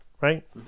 right